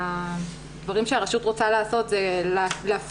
במסגרת הדברים שהרשות רוצה לעשות זה להפיק